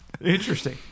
interesting